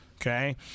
okay